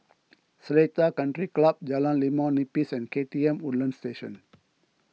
Seletar Country Club Jalan Limau Nipis and K T M Woodlands Station